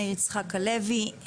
מאיר יצחק הלוי.